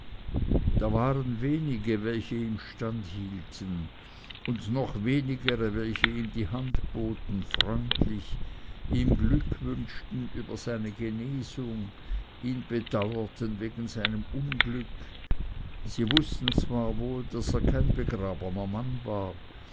da waren wenige welche ihm standhielten und noch wenigere welche ihm die hand boten freundlich ihm glück wünschten über seine genesung ihn bedauerten wegen seinem unglück sie wußten zwar wohl daß er kein begrabener mann war